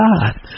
God